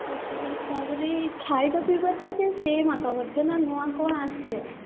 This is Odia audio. ତ ସେହି ହିସାବରେ ଖାଇବା ପିଇବା ତ ସେ ସେମ୍ ଏକା ବୋଧେ ନା ନୂଆ କ'ଣ ଆସିବ